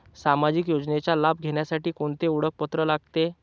सामाजिक योजनेचा लाभ घेण्यासाठी कोणते ओळखपत्र लागते?